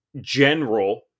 general